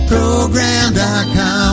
Program.com